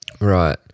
Right